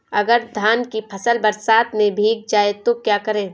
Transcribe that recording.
अगर धान की फसल बरसात में भीग जाए तो क्या करें?